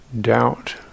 doubt